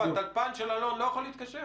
והטלפן או הטלפנית של אלון לא יכולים להתקשר?